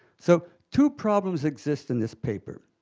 so two problems exist in this paper.